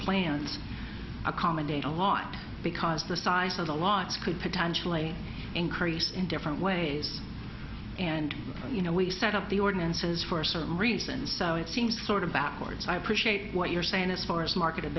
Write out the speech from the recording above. plant accommodate a lot because the size of the lights could potentially increase in different ways and you know we set up the ordinances for certain reasons so it seems sort of backwards i appreciate what you're saying as far as market